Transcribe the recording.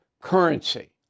currency